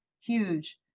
huge